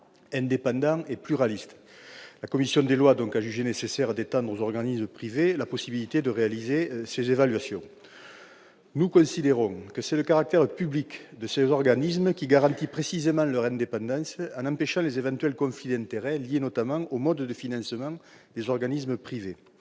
indépendants et pluralistes. La commission des lois a jugé nécessaire d'étendre aux organismes privés la possibilité de réaliser ces évaluations. Or nous considérons, pour notre part, que c'est le caractère public de ces organismes qui garantit leur indépendance, en empêchant d'éventuels conflits d'intérêts liés notamment au mode de financement des organismes privés.